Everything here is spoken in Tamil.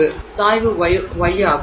எனவே சாய்வு γ ஆகும்